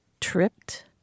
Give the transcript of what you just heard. Tripped